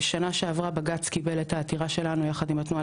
בשנה שעברה בג"ץ קיבל את העתירה שלנו יחד עם התנועה